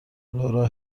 لورا